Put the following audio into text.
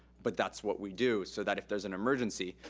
but that's what we do so that if there's an emergency.